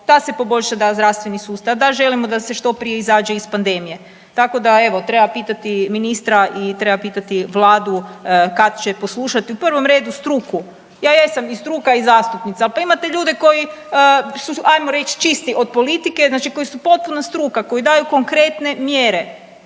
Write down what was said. da se poboljša da zdravstveni sustav, da želimo da se što prije izađe iz pandemije. Tako da evo treba pitati ministra i treba pitati vladu kad će poslušati u prvom redu struku. Ja jesam i struka i zastupnica al imate ljude koji su ajmo reći čisti od politike znači koji su potpuna struka, koji daju konkretne mjere.